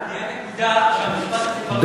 תהיה נקודה שממנה המשפט הזה כבר לא יהיה תקף.